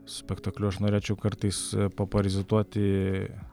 spektakliu aš norėčiau kartais paparazituoti